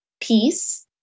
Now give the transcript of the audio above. peace